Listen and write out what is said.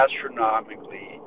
astronomically